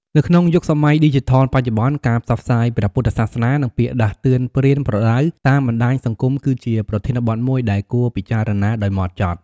នៅក្នុងយុគសម័យឌីជីថលបច្ចុប្បន្ន ការផ្សព្វផ្សាយព្រះពុទ្ធសាសនា និងពាក្យដាស់តឿនប្រៀនប្រដៅតាមបណ្តាញសង្គមគឺជាប្រធានបទមួយដែលគួរពិចារណាដោយហ្មត់ចត់។